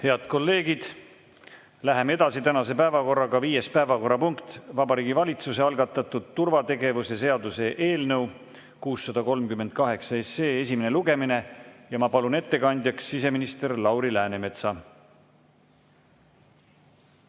Head kolleegid! Läheme edasi tänase päevakorraga. Viies päevakorrapunkt, Vabariigi Valitsuse algatatud turvategevuse seaduse eelnõu 638 esimene lugemine. Ma palun ettekandjaks siseminister Lauri Läänemetsa.